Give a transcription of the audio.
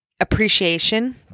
appreciation